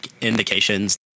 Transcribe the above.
indications